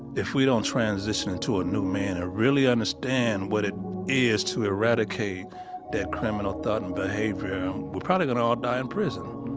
if we don't transition and to a new man and ah really understand what it is to eradicate that criminal thought and behavior, we're probably gonna all die in prison